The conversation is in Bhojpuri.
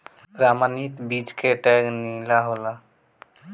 प्रमाणित बीज के टैग नीला होला